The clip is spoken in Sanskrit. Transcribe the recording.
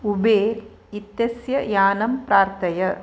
ऊबेर् इत्यस्य यानं प्रार्थय